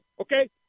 Okay